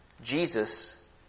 Jesus